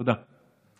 תודה.